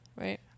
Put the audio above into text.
Right